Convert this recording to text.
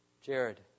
Jared